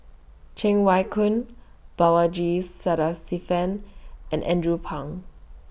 Cheng Wai Keung Balaji Sadasivan and Andrew Phang